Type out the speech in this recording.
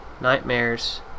nightmares